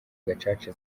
gacaca